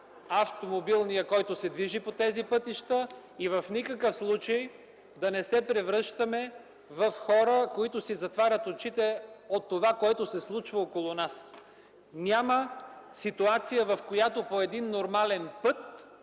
автомобилния парк, който се движи по тези пътища и в никакъв случай да не се превръщаме в хора, които си затварят очите пред това, което се случва около нас. Няма ситуация, в която по един нормален път